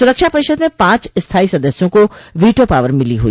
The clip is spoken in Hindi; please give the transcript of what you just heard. सुरक्षा परिषद में पांच स्थायी सदस्यों को वीटो पावर मिली हुई